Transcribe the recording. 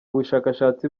bushakashatsi